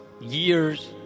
years